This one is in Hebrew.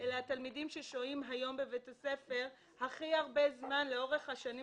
אלה התלמידים ששוהים היום בבית הספר הכי הרבה זמן לאורך השנים,